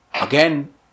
Again